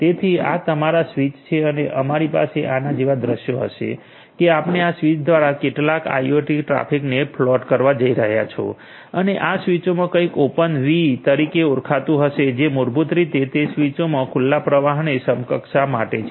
તેથી આ તમારા સ્વીચ છે અને અમારી પાસે આના જેવા દૃશ્ય હશે કે આપણે આ સ્વિચ દ્વારા કેટલાક આઈઆઈઓટી ટ્રાફિકને ફ્લોટ કરવા જઇ રહ્યા છો અને આ સ્વીચોમાં કંઈક ઓપન વી તરીકે ઓળખાતું હશે જે મૂળભૂત રીતે તે સ્વીચોમાં ખુલ્લાપ્રવાહને સક્ષમતા માટે છે